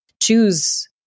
choose